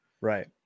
right